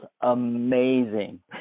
amazing